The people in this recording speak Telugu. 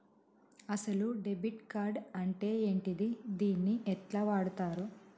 అసలు డెబిట్ కార్డ్ అంటే ఏంటిది? దీన్ని ఎట్ల వాడుతరు?